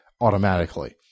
automatically